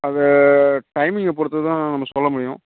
அதை டைமிங்கை பொறுத்து தான் நம்ம சொல்ல முடியும்